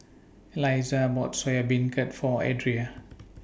Elizah bought Soya Beancurd For Adria